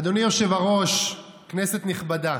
אדוני היושב-ראש, כנסת נכבדה,